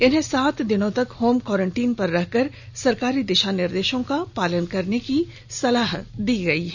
इन्हें सात दिनों तक होम क्वारेंटाइन में रहकर सरकारी दिशा निर्देशों का पालन करने की सलाह दी गई है